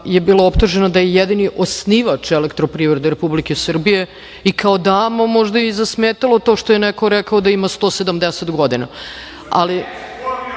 je bila optužena da je jedini osnivač Elektroprivreda Republike Srbije i kao dama možda joj je zasmetalo to što je neko rekao da ima 170 godina,